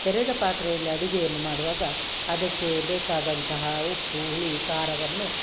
ತೆರೆದ ಪಾತ್ರೆಯಲ್ಲಿ ಅಡಿಗೆಯನ್ನು ಮಾಡುವಾಗ ಅದಕ್ಕೆ ಬೇಕಾದಂತಹ ಉಪ್ಪು ಹುಳಿ ಖಾರವನ್ನು